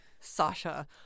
sasha